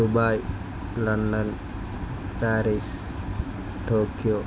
Dubai London Paris Tokyo